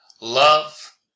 Love